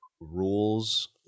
rules